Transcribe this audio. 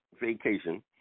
vacation